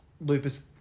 Lupus